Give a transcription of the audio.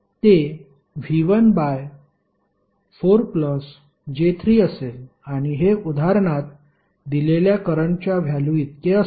ते V1 by 4 j3 असेल आणि हे उदाहरणात दिलेल्या करंटच्या व्हॅल्युइतके असेल